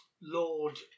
lord